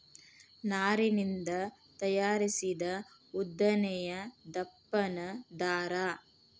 ನಾರಿನಿಂದ ತಯಾರಿಸಿದ ಉದ್ದನೆಯ ದಪ್ಪನ ದಾರಾ